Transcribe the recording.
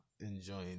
enjoying